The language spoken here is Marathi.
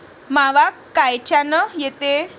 मावा कायच्यानं येते?